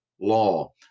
law